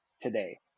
today